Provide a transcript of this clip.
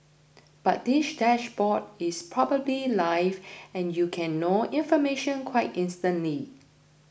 but this dashboard is probably live and you can know information quite instantly